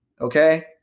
Okay